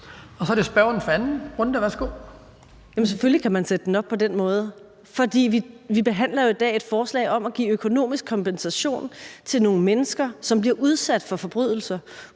Kl. 11:40 Pernille Vermund (NB): Selvfølgelig kan man sætte det op på den måde. For vi behandler jo i dag et forslag om at give økonomisk kompensation til nogle mennesker, som bliver udsat for forbrydelser